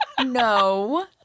No